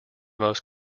most